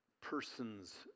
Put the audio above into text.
persons